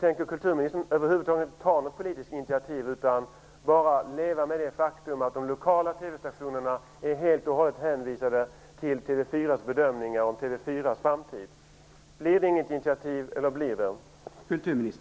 Tänker kulturministern över huvud taget inte ta något politiskt initiativ utan bara leva med det faktum att de lokala TV-stationerna helt och hållet är hänvisade till TV 4:s bedömning av TV 4:s framtid? Blir det inget initiativ eller blir det ett sådant?